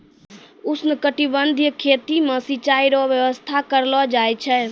उष्णकटिबंधीय खेती मे सिचाई रो व्यवस्था करलो जाय छै